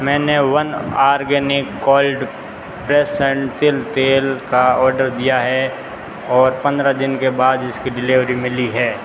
मैंने one organic cold pressed तिल तेल का आर्डर दिया है और पन्द्रह दिन के बाद इसकी डिलीवरी मिली है